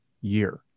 year